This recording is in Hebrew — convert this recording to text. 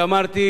על אותם,